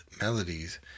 melodies